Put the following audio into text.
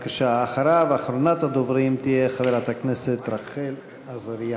אחריו, אחרונת הדוברים, חברת הכנסת רחל עזריה.